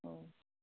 औ